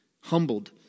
Humbled